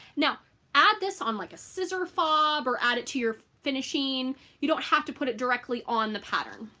now add this on like a scissor fob or add it to your finishing you don't have to put it directly on the pattern.